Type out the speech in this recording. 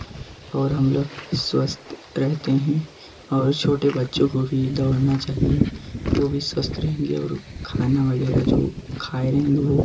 और हम लोग स्वस्थ रहते हैं और छोटे बच्चों को भी दौड़ना चाहिए वे भी स्वस्थ रहेंगे और खाना वगैरह खाए रहेंगे वे